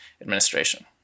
administration